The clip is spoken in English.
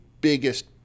biggest